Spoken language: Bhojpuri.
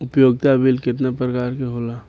उपयोगिता बिल केतना प्रकार के होला?